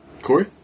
Corey